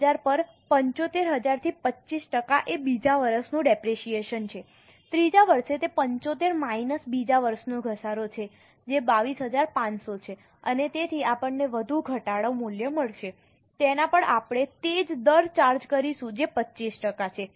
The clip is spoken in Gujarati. હવે 75000 પર 75000 થી 25 ટકા એ બીજા વર્ષનું ડેપરેશીયેશન છે ત્રીજા વર્ષે તે 75 માઈનસ બીજા વર્ષનો ઘસારો છે જે 22500 છે અને તેથી આપણને વધુ ઘટાડો મૂલ્ય મળશે તેના પર આપણે તે જ દર ચાર્જ કરીશું જે 25 ટકા છે